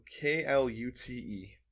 K-L-U-T-E